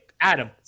Adam